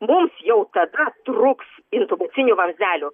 mums jau tada trūks intubacinių vamzdelių